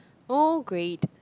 oh great